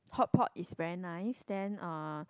hotpot is very nice then uh